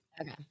okay